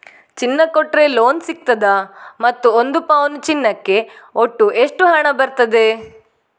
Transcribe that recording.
ಚಿನ್ನ ಕೊಟ್ರೆ ಲೋನ್ ಸಿಗ್ತದಾ ಮತ್ತು ಒಂದು ಪೌನು ಚಿನ್ನಕ್ಕೆ ಒಟ್ಟು ಎಷ್ಟು ಹಣ ಬರ್ತದೆ?